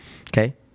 Okay